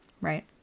Right